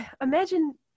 Imagine